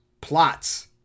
plots